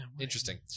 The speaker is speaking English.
interesting